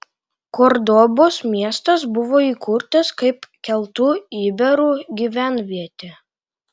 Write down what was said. kordobos miestas buvo įkurtas kaip keltų iberų gyvenvietė